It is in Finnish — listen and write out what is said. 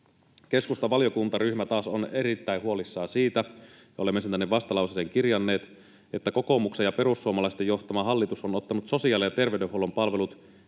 keskustan valiokuntaryhmä taas on erittäin huolissaan siitä — olemme sen tänne vastalauseeseen kirjanneet — että kokoomuksen ja perussuomalaisten johtama hallitus on ottanut sosiaali- ja terveydenhuollon palvelut